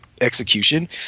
execution